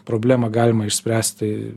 problemą galima išspręst tai